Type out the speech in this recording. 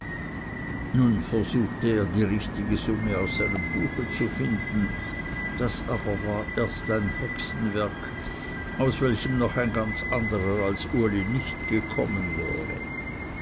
nun versuchte er die richtige summe aus seinem buche zu finden das war aber erst ein hexenwerk aus welchem noch ein ganz anderer als uli nicht gekommen wäre